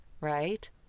right